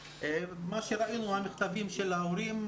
ראינו את המכתבים של ההורים,